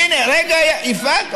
הצבעת?